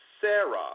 Sarah